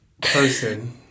person